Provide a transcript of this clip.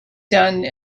done